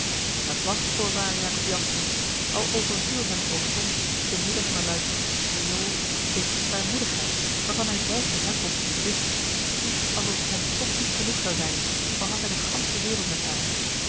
en dat was voorwaar jacob jansz niet al overviel hem ook soms te midden van de luidruchtigste jool zekere zwaarmoedigheid waarvan hij zelf de herkomst niet wist iets alsof het hem toch niet genoeg zou zijn al had hij de gansche wereld met haar